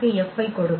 ஐக் கொடுக்கும்